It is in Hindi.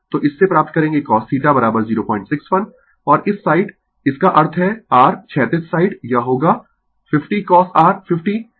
तो इससे प्राप्त करेंगें cos थीटा 061 और इस साइड इसका अर्थ है r क्षैतिज साइड यह होगा 50cosr50cosr 524